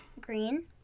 Green